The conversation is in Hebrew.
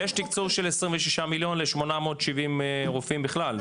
יש תקצוב של 26 מיליון ל-870 רופאים בכלל?